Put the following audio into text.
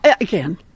again